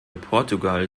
portugal